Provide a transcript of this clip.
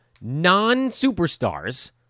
non-superstars